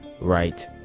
right